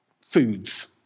foods